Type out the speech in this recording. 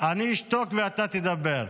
אני אשתוק ואתה תדבר.